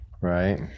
right